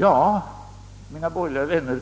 Ja, mina borgerliga vänner,